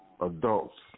adults